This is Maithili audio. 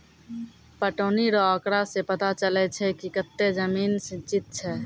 पटौनी रो आँकड़ा से पता चलै छै कि कतै जमीन सिंचित छै